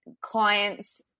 clients